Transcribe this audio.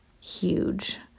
huge